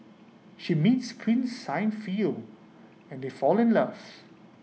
she meets prince Siegfried and they fall in love